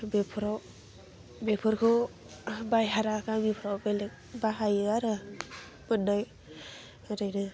बेफ्राव बेफोरखौ बायहारा गामिफ्राव बेलेग बाहायो आरो मोननाय ओरैनो